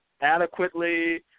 adequately